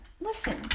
listen